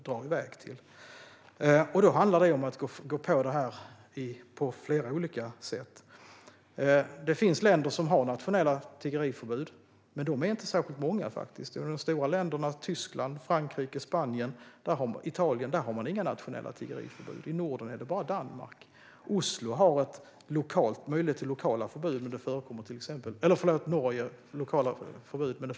Det handlar om att ta sig an detta på flera olika sätt. Det finns länder som har nationella tiggeriförbud, men de är faktiskt inte särskilt många. I de stora länderna - Tyskland, Frankrike, Spanien och Italien - har man inga nationella förbud. I Norden är det bara Danmark som har det. I Norge finns möjlighet till lokala förbud, men det förekommer till exempel inte i Oslo.